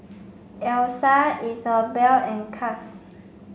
Elsa Isabel and Cass